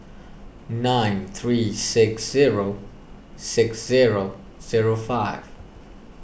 nine three six zero six zero zero five